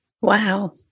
Wow